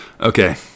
okay